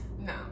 No